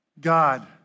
God